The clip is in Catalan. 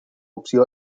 opció